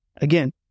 Again